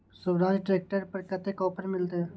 Swaraj tractor पर कतेक offer मिलते?